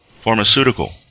pharmaceutical